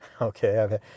Okay